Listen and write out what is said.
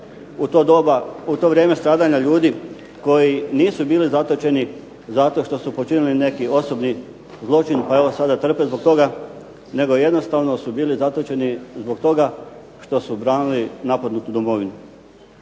u to vrijeme stradanja ljudi koji nisu bili zatočeni zato što su počinili neki osobni zločin pa evo sada trpe zbog toga nego jednostavno su bili zatočeni zbog toga što su branili napadnutu domovinu.